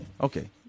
Okay